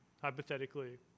Hypothetically